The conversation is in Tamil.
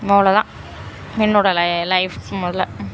அவ்வளோ தான் என்னோடய லை லைஃப் முதல்ல